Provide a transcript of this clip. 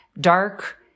dark